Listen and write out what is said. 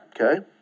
okay